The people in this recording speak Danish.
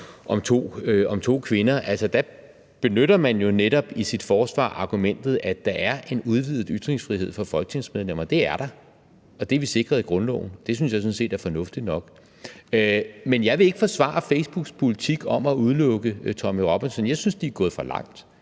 om to kvinder. Der benytter man jo netop i sit forsvar argumentet om, at der er en udvidet ytringsfrihed for folketingsmedlemmer – det er der, og det er vi sikret i grundloven. Det synes jeg sådan set er fornuftigt nok. Men jeg vil ikke forsvare Facebooks politik om at udelukke Tommy Robinson. Jeg synes, de er gået for langt